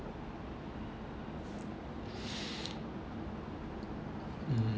mm